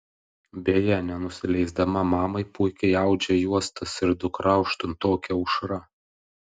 beje nenusileisdama mamai puikiai audžia juostas ir dukra aštuntokė aušra